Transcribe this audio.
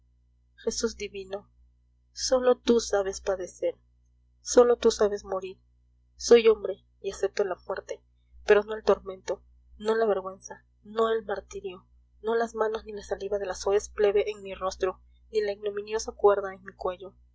jesús divino sólo tú sabes padecer sólo tú sabes morir soy hombre y acepto la muerte pero no el tormento no la vergüenza no el martirio no las manos ni la saliva de la soez plebe en mi rostro ni la ignominiosa cuerda en mi cuello